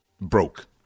broke